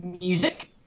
music